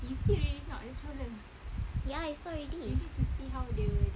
ya I saw already